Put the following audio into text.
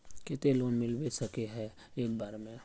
केते लोन मिलबे सके है एक बार में?